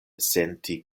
senti